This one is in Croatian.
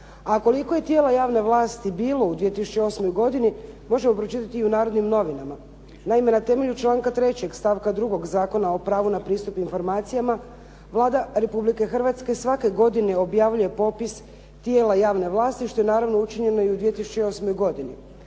A koliko je tijela javne vlasti bilo u 2008. godini možemo pročitati i u "Narodnim novinama". Naime, na temelju članka 3. stavka 2. Zakona o pravu na pristup informacijama Vlada Republike Hrvatske svake godine objavljuje popis tijela javne vlasti što je naravno učinjeno i u 2008. godini.